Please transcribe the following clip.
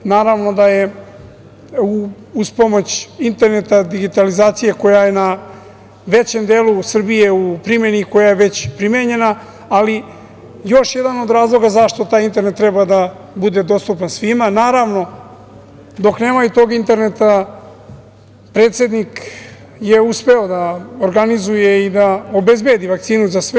Naravno da je uz pomoć interneta, digitalizacije koja je na većem delu Srbije u primeni, koja je već primenjena, ali još jedan od razloga zašto taj internet treba da bude dostupan svima, naravno dok nemaju tog interneta predsednik je uspeo da organizuje i da obezbedi vakcinu za sve.